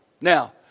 Now